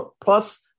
plus